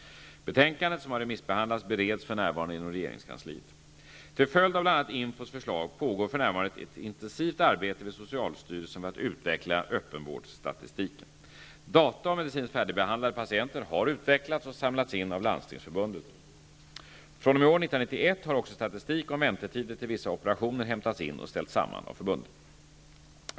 Betänkandet, som har remissbehandlats, bereds för närvarande inom regeringskansliet. Till följd av bl.a. INFHOS förslag pågår för närvarande ett intensivt arbete vid socialstyrelsen för att utveckla öppenvårdsstatistiken. Data om medicinskt färdigbehandlade patienter har utvecklats och samlats in av Landstingsförbundet. fr.o.m. år 1991 har också statistik om väntetider till vissa operationer hämtats in och ställts samman av förbundet.